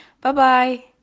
bye-bye